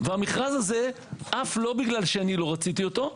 והמכרז הזה עף, לא בגלל שאני לא רציתי אותו.